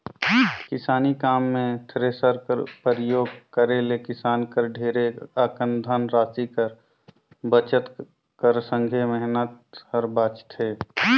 किसानी काम मे थेरेसर कर परियोग करे ले किसान कर ढेरे अकन धन रासि कर बचत कर संघे मेहनत हर बाचथे